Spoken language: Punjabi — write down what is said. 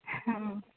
ਹਾਂ